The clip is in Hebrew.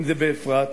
אם באפרת,